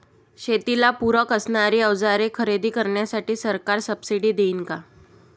शेतीला पूरक असणारी अवजारे खरेदी करण्यासाठी सरकार सब्सिडी देईन का?